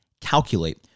Calculate